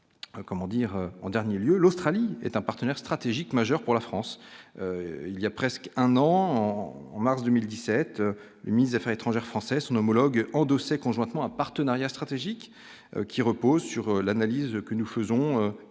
comment dire, en dernier lieu, l'Australie est un partenaire stratégique majeur pour la France, il y a presque un an en mars 2017 les mises, affaires étrangères français son homologue endossé conjointement un partenariat stratégique qui repose sur l'analyse que nous faisons des